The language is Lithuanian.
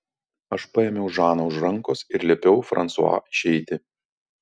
aš paėmiau žaną už rankos ir liepiau fransua išeiti